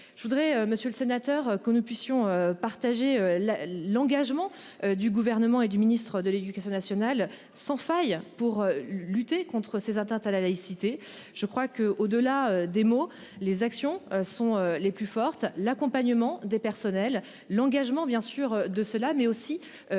Je voudrais, Monsieur le Sénateur, que nous puissions partager la l'engagement du gouvernement et du ministre de l'Éducation nationale sans faille pour lutter contre ces atteintes à la laïcité. Je crois que, au-delà des mots, les actions sont les plus fortes, l'accompagnement des personnels, l'engagement bien sûr de cela mais aussi